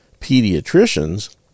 pediatricians